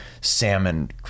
salmon